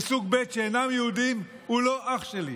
וסוג ב' שאינם יהודים, הוא לא אח שלי,